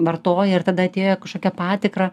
vartoja ir tada atėjo į kažkokią patikrą